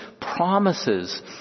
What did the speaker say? promises